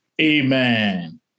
Amen